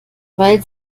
weil